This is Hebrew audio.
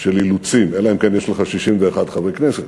של אילוצים, אלא אם כן יש לך 61 חברי כנסת,